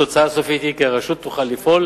התוצאה הסופית היא כי הרשות תוכל לפעול